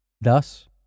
Thus